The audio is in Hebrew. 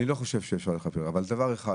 אני לא חושב שאפשר לכפר, אבל דבר אחד